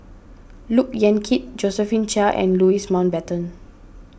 Look Yan Kit Josephine Chia and Louis Mountbatten